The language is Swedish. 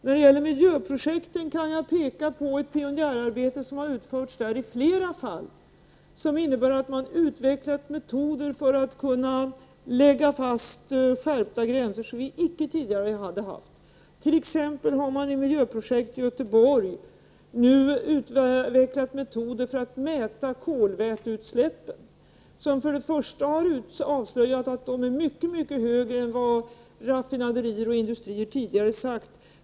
När det gäller miljöprojekt kan jag peka på ett pionjärarbete som har utförts i flera fall och som innebär att man har utvecklat metoder för att kunna lägga fast skärpta gränser, som vi inte tidigare har haft. Man har t.ex. i ett miljöprojekt i Göteborg utvecklat metoder för att mäta kolväteutsläppen. För det första har man avslöjat att utsläppen är mycket större än raffinaderier och industrier tidigare har sagt.